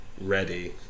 ready